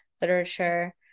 literature